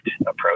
approach